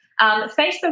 Facebook